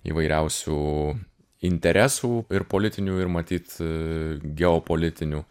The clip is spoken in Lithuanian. įvairiausių interesų ir politinių ir matyt geopolitinių